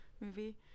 movie